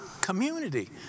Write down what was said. community